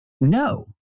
No